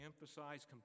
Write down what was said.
emphasize